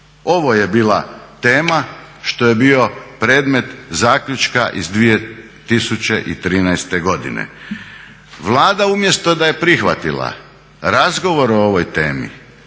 Ovo je bila tema što je bio predmet zaključka iz 2013. godine. Vlada umjesto da je prihvatila razgovor o ovoj temi,